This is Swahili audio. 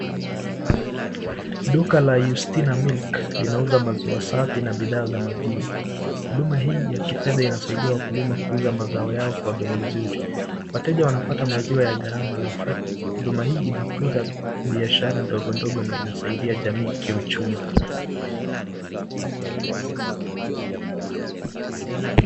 Duka la Yustina milk linauza maziwa safi na bidhaa za maziwa, huduma hii ya kifedha inasaidia wakulima kuuza mazao yao kwa bei nzuri wateja wanapata maziwa ya garama nafuu, huduma hii inakuza biashara ndogo ndogo na inasaidia jamii kiuchumi.